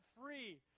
free